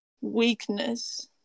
weakness